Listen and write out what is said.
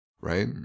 right